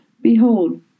Behold